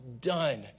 done